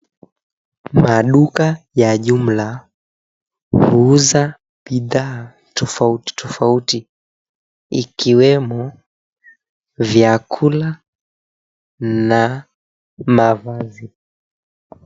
Maduka ya jumla huuza bidhaa tofauti tofauti, ikiwemo vyakula na mavazi.